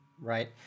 Right